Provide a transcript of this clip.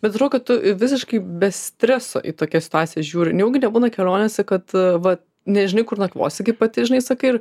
bet atrodo kad tu visiškai be streso į tokias situacijas žiūri nejaugi nebūna kelionėse kad va nežinai kur nakvosi kaip pati žinai sakai ir